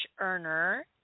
earner